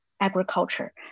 agriculture